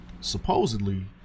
supposedly